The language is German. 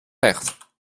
recht